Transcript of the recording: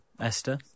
Esther